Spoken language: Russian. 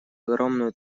огромную